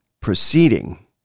proceeding